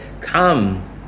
Come